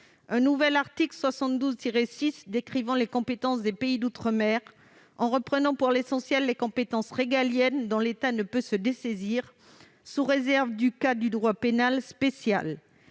un nouvel article 72-6 décrivant les compétences des pays d'outre-mer en reprenant pour l'essentiel les compétences régaliennes dont l'État ne peut se dessaisir, sous réserve du cas du droit pénal spécial.